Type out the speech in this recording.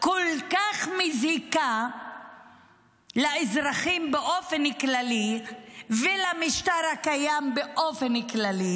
כל כך מזיקה לאזרחים באופן כללי ולמשטר הקיים באופן כללי,